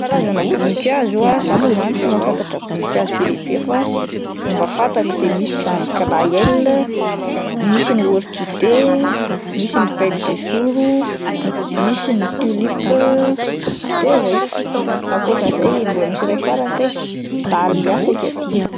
Karazana voninkazo ah, zah mo zany tsy mahafantatra voninkazo be dia be fa ny mba fantako de misy zany glaël, misy ny orchidé, misy ny belle de jour ,misy ny tulips, de zay, akoatran'izay mbola misy iray farany kay dalià saika adino.